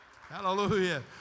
Hallelujah